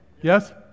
Yes